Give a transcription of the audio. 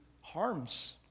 harms